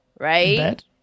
Right